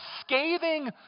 scathing